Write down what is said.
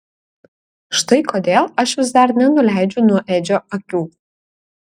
štai kodėl aš vis dar nenuleidžiu nuo edžio akių